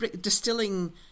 distilling